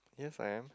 yes I am